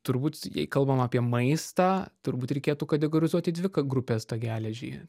turbūt jei kalbam apie maistą turbūt reikėtų kategorizuot į dvi grupes tą geležį